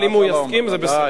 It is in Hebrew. אבל אם הוא יסכים זה בסדר.